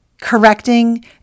correcting